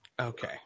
Okay